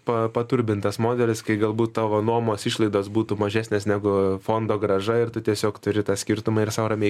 pa paturbintas modelis kai galbūt tavo nuomos išlaidos būtų mažesnės negu fondo grąža ir tu tiesiog turi tą skirtumą ir sau ramiai